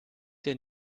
dir